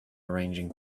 arranging